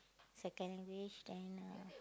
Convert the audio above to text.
second English then uh